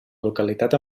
localitat